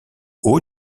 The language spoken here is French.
hauts